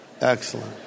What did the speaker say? Excellent